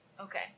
Okay